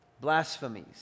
blasphemies